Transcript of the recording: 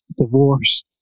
divorce